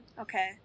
okay